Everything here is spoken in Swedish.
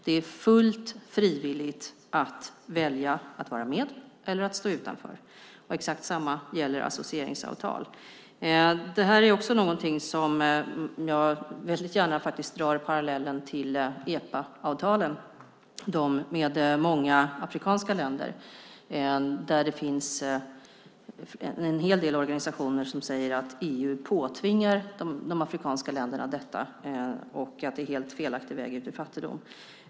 Det är fullt frivilligt att välja att vara med eller att stå utanför. Det gäller också associeringsavtal. Jag drar gärna parallellen med EPA-avtalen med många afrikanska länder. Det finns en hel del organisationer som säger att EU påtvingar de afrikanska länderna detta och att det är helt fel väg ut ur fattigdom.